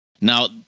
Now